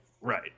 right